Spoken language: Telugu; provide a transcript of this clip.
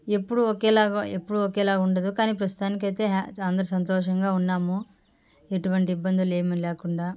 ఎప్పుడూ ఒకేలాగా ఎప్పుడు ఒకేలా ఉండదు కానీ ప్రస్తుతానికి అయితే హ్యా అందరు సంతోషంగా ఉన్నాము ఎటువంటి ఇబ్బందులు ఏమి లేకుండా